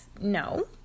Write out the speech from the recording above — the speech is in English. No